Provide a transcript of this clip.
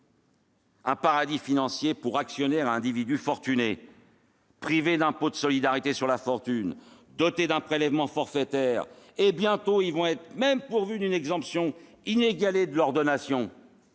un paradis financier pour actionnaires et individus fortunés, privés d'impôt de solidarité sur la fortune, dotés d'un prélèvement forfaitaire et bientôt pourvus d'une exemption inégalée de leurs donations.